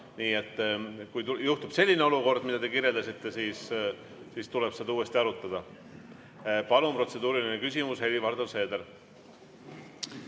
Nii et kui juhtub selline olukord, mida te kirjeldasite, siis tuleb seda uuesti arutada. Palun, protseduuriline küsimus, Helir-Valdor Seeder!